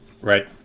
Right